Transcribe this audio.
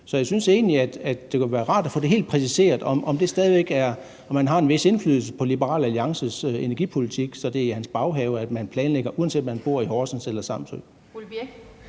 Så jeg synes egentlig, at det kunne være rart at få helt præciseret, om han stadig væk har en vis indflydelse på Liberal Alliances energipolitik, så det er i hans baghave, man planlægger det, uanset om man bor i Horsens eller på Samsø.